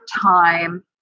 time